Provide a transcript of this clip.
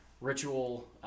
ritual